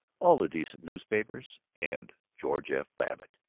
all the decent newspapers, and george f. babbitt.